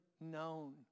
known